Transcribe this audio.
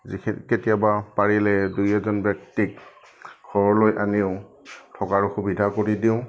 যিখিনিক কেতিয়াবা পাৰিলে দুই এজন ব্যক্তিক ঘৰলৈ আনিও থকাৰো সুবিধা কৰি দিওঁ